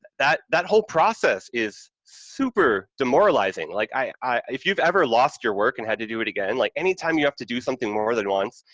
that that whole process is super demoralizing, like if you've ever lost your work and had to do it again, like, anytime you have to do something more than once,